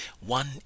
one